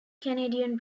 canadian